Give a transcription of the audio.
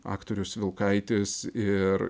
aktorius vilkaitis ir